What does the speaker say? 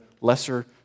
lesser